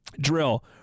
drill